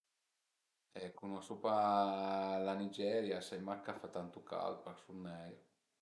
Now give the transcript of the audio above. Cunosu pa la Nigeria, sai mach ch'a fa tantu caud, ch'a sun neir